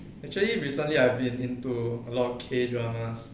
actually recently I've been into a lot of K dramas